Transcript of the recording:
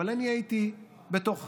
אבל אני הייתי בתוך החדר,